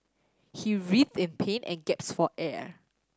he writhed in pain and gasped for air